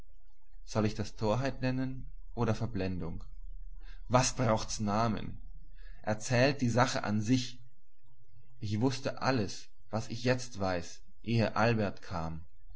soll ich das torheit nennen oder verblendung was braucht's namen erzählt die sache an sich ich wußte alles was ich jetzt weiß ehe albert kam